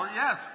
yes